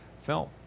film